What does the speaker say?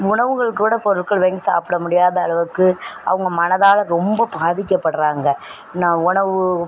உணவுகள் கூட பொருட்கள் வாங்கி சாப்பிட முடியாத அளவுக்கு அவங்க மனதால் ரொம்ப பாதிக்கப்படுறாங்க நான் உணவு